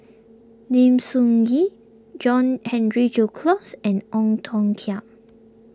Lim Soo Ngee John Henry Duclos and Ong Tiong Khiam